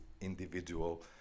individual